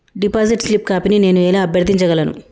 Deposit slip కాపీని నేను ఎలా అభ్యర్థించగలను?